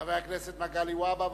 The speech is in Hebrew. חבר הכנסת מגלי והבה,